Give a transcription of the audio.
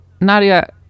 Nadia